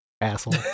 asshole